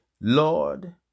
Lord